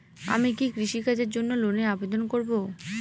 আমি কি কৃষিকাজের জন্য লোনের আবেদন করব?